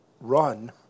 run